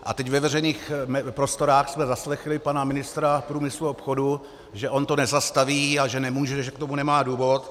A teď ve veřejných prostorách jsme zaslechli pana ministra průmyslu a obchodu, že on to nezastaví a že nemůže a že k tomu nemá důvod.